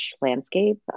landscape